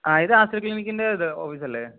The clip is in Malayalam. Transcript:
ആ ഇത് ആസ്റ്റർ ക്ലിനിക്കിൻ്റെ ഇത് ഓഫീസ് അല്ലേ